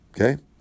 Okay